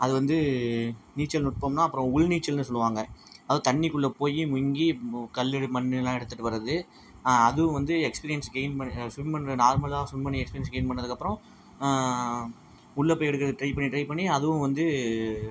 அது வந்து நீச்சல் நுட்பம்னால் அப்பறம் உள் நீச்சல்னு சொல்லுவாங்க அதுவும் தண்ணிக்குள்ளே போய் முங்கி மொ கல் எடு மண்ணுலாம் எடுத்துட்டு வர்றது அதுவும் வந்து எக்ஸ்பிரியன்ஸ் கெயின் பண் ஸ்விம் பண்ணுற நார்மலாக ஸ்விம் பண்ணி எக்ஸ்பிரியன்ஸ் கெயின் பண்ணதுக்கப்பறம் உள்ளே போய் எடுக்கிறது ட்ரை பண்ணி ட்ரை பண்ணி அதுவும் வந்து